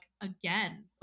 again